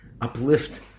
uplift